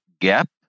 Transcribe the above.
gap